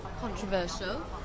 Controversial